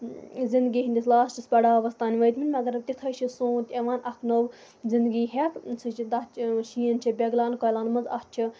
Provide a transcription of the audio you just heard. زِندگی ہِندِس لاسٹَس پَڑاوَس تانۍ وٲتۍ مٕتۍ مَگر تِتھٕے چھِ سونت یِوان اکھ نوٚو زِندگی ہیٚتھ سُہ چھِ تَتھ چھ شیٖن چھِ پِگلان کۄلن منٛز اَتھ چھِ